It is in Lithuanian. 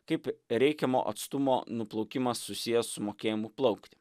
kaip reikiamo atstumo nuplaukimas susijęs su mokėjimu plaukti